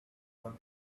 one